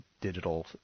digital